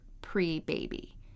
pre-baby